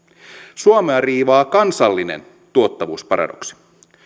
suomea riivaa kansallinen tuottavuusparadoksi